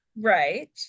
right